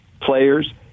players